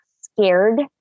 scared